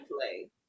play